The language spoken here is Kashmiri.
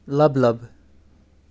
لب لب